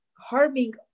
harming